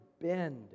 bend